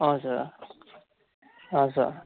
हजर हजर